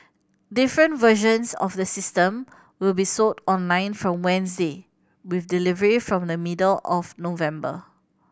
different versions of the system will be sold online from Wednesday with delivery from the middle of November